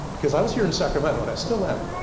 cause i was here in sacramento, and i still am.